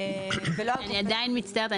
ולא הגוף --- מצטערת,